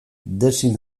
design